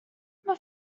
mae